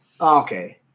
Okay